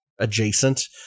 adjacent